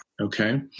okay